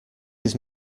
his